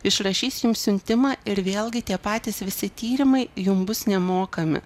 išrašys jums siuntimą ir vėlgi tie patys visi tyrimai jum bus nemokami